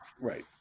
Right